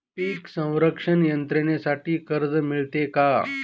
पीक संरक्षण यंत्रणेसाठी कर्ज मिळते का?